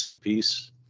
piece